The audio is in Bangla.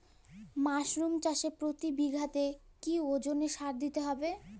মাসরুম চাষে প্রতি বিঘাতে কি ওজনে সার দিতে হবে?